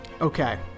Okay